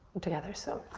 together. so,